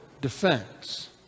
defense